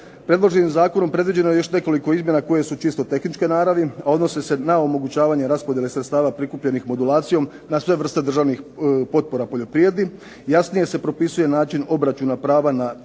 Predloženim zakonom predviđeno je još nekoliko izmjena koje su čisto tehničke naravi a odnose se na omogućavanje raspodjele sredstava prikupljene modulacijom na sve vrste državnih potpora poljoprivredi. Jasnije se propisuje način obračuna prava na izravna